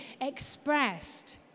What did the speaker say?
expressed